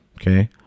Okay